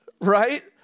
Right